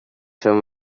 from